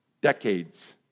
decades